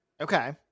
Okay